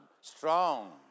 strong